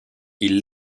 ils